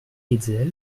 hetzel